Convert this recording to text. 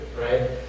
right